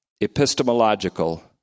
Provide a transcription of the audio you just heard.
epistemological